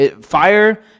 Fire